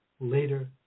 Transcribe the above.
later